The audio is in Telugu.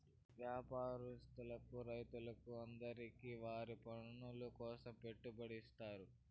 వ్యాపారస్తులకు రైతులకు అందరికీ వారి పనుల కోసం పెట్టుబడి ఇత్తారు